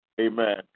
Amen